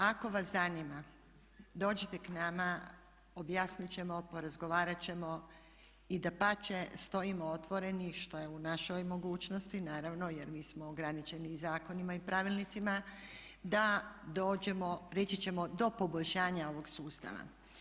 Ako vas zanima dođite k nama, objasnit ćemo, porazgovarat ćemo i dapače stojimo otvoreni što je u našoj mogućnosti naravno jer mi smo ograničeni i zakonima i pravilnicima da dođemo reći ćemo do poboljšanja ovog sustava.